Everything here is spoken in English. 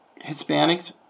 Hispanics